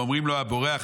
ואומרים לו: הבורח,